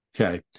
Okay